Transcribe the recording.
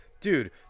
Dude